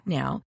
now